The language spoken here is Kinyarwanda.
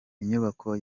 inyubako